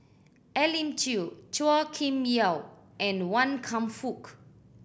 Elim Chew Chua Kim Yeow and Wan Kam Fook